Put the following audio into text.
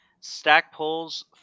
Stackpole's